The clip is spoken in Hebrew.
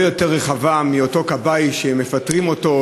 יותר רחבה מהשאלה של אותו כבאי שמפטרים אותו,